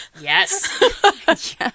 Yes